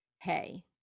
hey